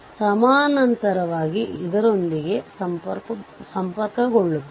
ಆದ್ದರಿಂದ ಅದನ್ನು ತೆರೆದ ತಕ್ಷಣ ಇದು VThevenin Voc ಆಗುತ್ತದೆ